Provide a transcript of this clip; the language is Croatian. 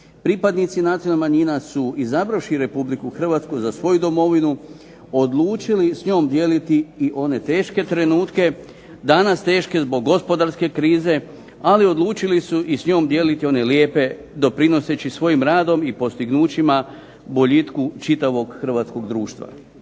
Pripadnici nacionalnih manjina su izabravši Republiku Hrvatsku za svoju domovinu odlučili s njom dijeliti i one teške trenutke, danas teške zbog gospodarske krize ali odlučili su i s njom dijeliti one lijepe doprinoseći svojim radom i postignućima boljitku čitavog hrvatskog društva.